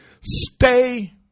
stay